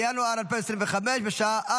הוראת שעה)